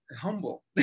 humble